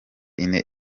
ine